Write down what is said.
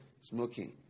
smoking